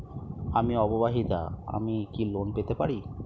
আমি অবিবাহিতা আমি কি লোন পেতে পারি?